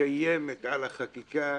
שקיימת על החקיקה,